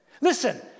Listen